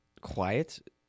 quiet